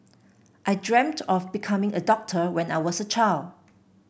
I dreamt of becoming a doctor when I was a child